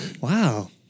Wow